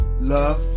Love